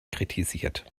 kritisiert